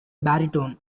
baritone